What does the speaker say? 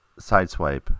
sideswipe